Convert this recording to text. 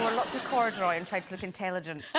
lots of corduroy and tried to look intelligent